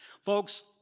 Folks